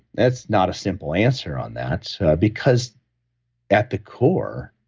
that's not a simple answer on that because at the core,